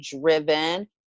driven